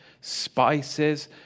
spices